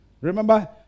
Remember